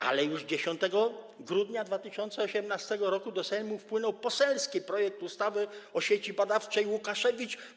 Ale już 10 grudnia 2018 r. do Sejmu wpłynął poselski projekt ustawy o Sieci Badawczej Łukaszewicz.